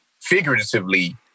figuratively